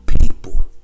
people